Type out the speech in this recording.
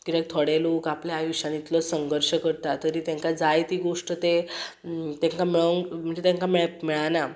किद्याक थोडे लोक आपल्या आयुश्यान इतलो संघर्श करता तरी तांकां जाय ती गोश्ट ते तांकां मेळूंक म्हणजे तांकां मे मेळना